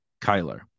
Kyler